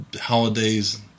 holidays